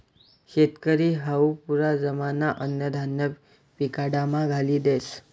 शेतकरी हावू पुरा जमाना अन्नधान्य पिकाडामा घाली देस